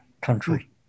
country